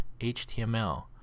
html